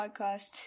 podcast